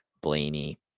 blaney